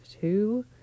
two